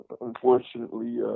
unfortunately